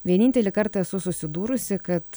vienintelį kartą esu susidūrusi kad